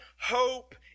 hope